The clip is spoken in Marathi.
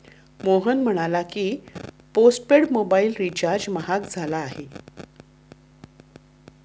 मोहन म्हणाला की, पोस्टपेड मोबाइल रिचार्ज महाग झाला आहे